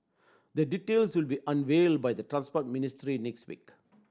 the details will be unveiled by the Transport Ministry next week